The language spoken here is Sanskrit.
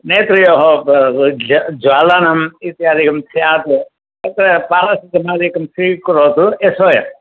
नेत्रयोः ज्वालनम् इत्यादिकं स्यात् तत्र पेरासिटमल् एकं स्वीकरोतु एस् ओ एस्